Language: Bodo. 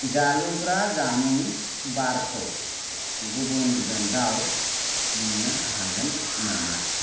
जालुग्रा जामुं बारखौ गुबुन ब्रेण्डयाव मोननो हागोन नामा